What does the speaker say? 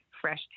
fresh